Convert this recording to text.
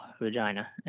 vagina